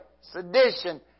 sedition